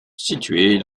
située